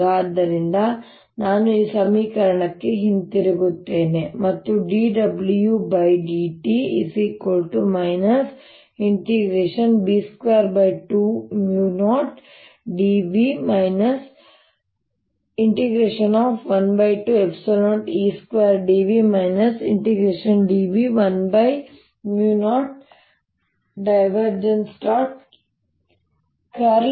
ಆದ್ದರಿಂದ ನಾನು ಈ ಸಮೀಕರಣಕ್ಕೆ ಹಿಂತಿರುಗುತ್ತೇನೆ ಮತ್ತು dWdt B220dV 120E2dV dV 10